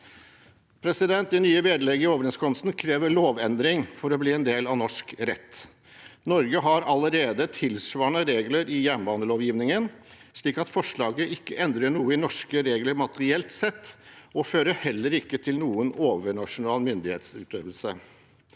Det nye vedlegget i overenskomsten krever lovendring for å bli en del av norsk rett. Norge har allerede tilsvarende regler i jernbanelovgivningen, slik at forslaget ikke endrer noe i norske regler materielt sett, og det fører heller ikke til noen overnasjonal myndighetsutøvelse.